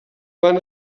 van